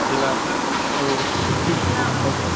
बेलासे औ औ